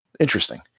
Interesting